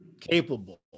capable